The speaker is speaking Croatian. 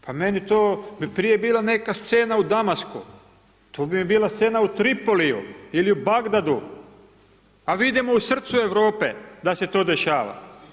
Pa meni to, bi prije bila neka scena u Damasku, to mi bi bila scena u Tripoliju ili u Bagdadu, a vidimo u srcu Europe, da se to dešava.